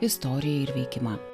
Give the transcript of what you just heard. istoriją ir veikimą